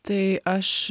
tai aš